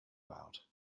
out